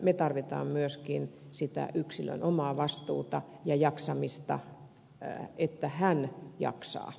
me tarvitsemme myöskin sitä yksilön omaa vastuuta ja jaksamista että hän jaksaa